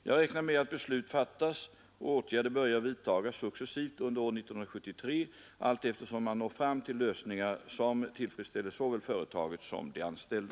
Jag räknar med att beslut fattas och åtgärder börjar vidtagas successivt under år 1973 allteftersom man når fram till lösningar som tillfredsställer såväl företaget som de anställda.